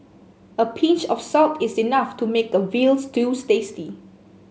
a pinch of salt is enough to make a veal stew tasty